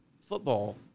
football